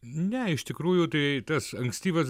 ne iš tikrųjų tai tas ankstyvas